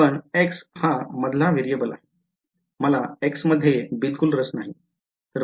पण x हा मधला variable आहे मला x मध्ये बिलकुल रस नाही